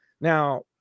Now